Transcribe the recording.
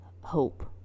hope